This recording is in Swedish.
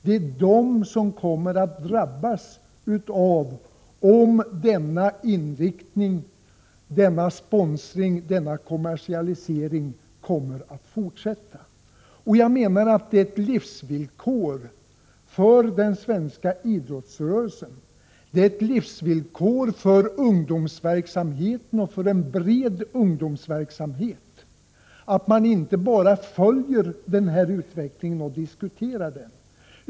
Det är dessa ungdomar som kommer att drabbas, om denna inriktning, denna sponsring och kommersialisering fortsätter. Enligt min mening är det ett livsvillkor för den svenska idrottsrörelsen och för en bred ungdomsverksamhet att man inte bara följer utvecklingen och diskuterar den.